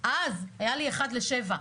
- אז היה לי 1 ל-7,